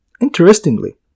interestingly